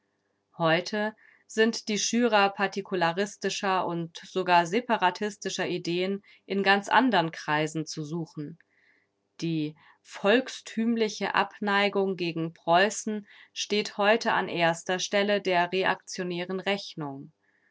heute sind die schürer partikularistischer und sogar separatistischer ideen in ganz anderen kreisen zu suchen die volkstümliche abneigung gegen preußen steht heute an erster stelle der reaktionären rechnung